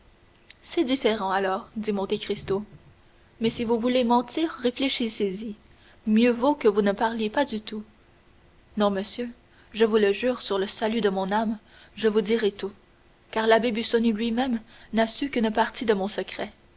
c'est différent alors dit monte cristo mais si vous voulez mentir réfléchissez y mieux vaut que vous ne parliez pas du tout non monsieur je vous le jure sur le salut de mon âme je vous dirai tout car l'abbé busoni lui-même n'a su qu'une partie de mon secret